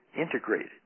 integrated